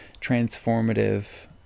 transformative